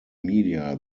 media